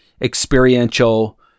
experiential